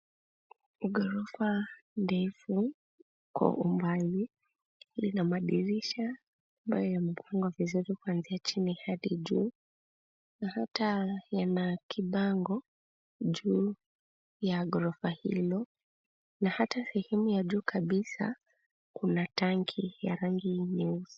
Ghora ndefu kwa umbali, lina madirisha ambayo yamefungwa vizuri kuanzia chini hadi juu, na hata yana kibango juu ya ghorofa hilo, na hata sehemu ya juu kabisa, kuna tanki ra rangi nyeusi.